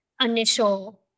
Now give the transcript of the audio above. initial